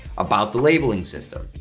about the labeling system,